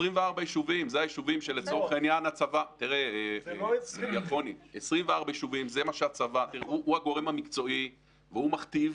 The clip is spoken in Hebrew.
24 יישובים, הצבא הוא הגורם המקצועי והוא מכתיב